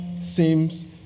seems